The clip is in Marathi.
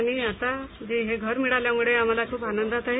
आणि आता जे हे घर मिळाल्या मुळे आम्हाला ख्रप आनंदात आहे